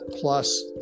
plus